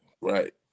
Right